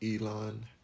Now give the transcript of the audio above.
Elon